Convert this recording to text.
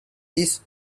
this